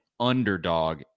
underdog